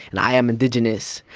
and i am indigenous,